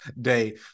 Day